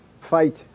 Fight